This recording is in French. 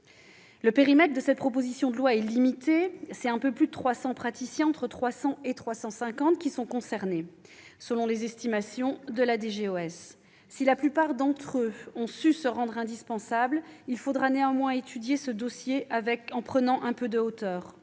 Le périmètre de cette proposition de loi est limité, car il concerne entre 300 et 350 praticiens, selon les estimations de la DGOS. Si la plupart d'entre eux ont su se rendre indispensables, il faudra néanmoins étudier ce dossier en prenant un peu de hauteur.